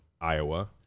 Iowa